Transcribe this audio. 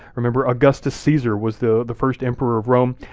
remember augustus caesar was the the first emperor of rome.